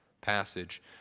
passage